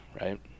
right